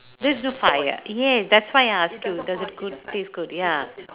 there's no fire yes that's why I ask you does it goo~ does it taste good ya